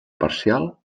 parcial